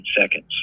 seconds